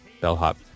bellhop